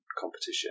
competition